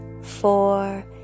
four